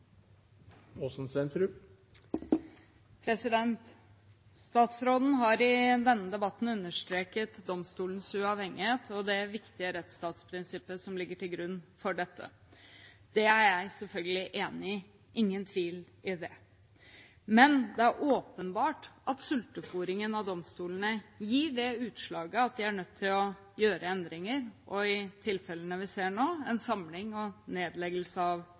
Statsråden har i denne debatten understreket domstolenes uavhengighet og det viktige rettsstatsprinsippet som ligger til grunn for dette. Det er jeg selvfølgelig enig i, det er ingen tvil om det. Men det er åpenbart at sultefôringen av domstolene gir det utslaget at de er nødt til å gjøre endringer, og i tilfellene vi ser nå, en samling og nedleggelse av